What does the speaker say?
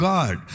God